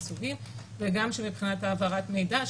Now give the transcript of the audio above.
וגם שמבינת העברת מידע,